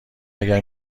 اگر